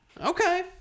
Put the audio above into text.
Okay